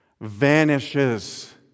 vanishes